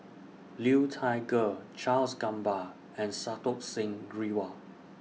Liu Thai Ker Charles Gamba and Santokh Singh Grewal